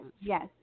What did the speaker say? yes